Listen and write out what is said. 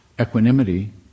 Equanimity